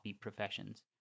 professions